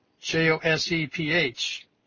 J-O-S-E-P-H